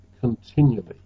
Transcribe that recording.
continually